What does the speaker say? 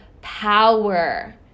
power